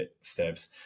steps